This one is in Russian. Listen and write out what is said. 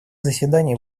заседания